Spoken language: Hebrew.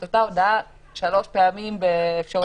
את אותה הודעה שלוש פעמים באפשרויות שונות.